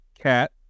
cat